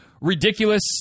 ridiculous